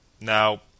Now